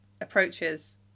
approaches